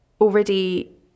already